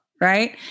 right